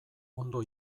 ondo